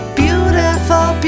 beautiful